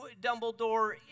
Dumbledore